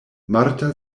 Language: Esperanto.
marta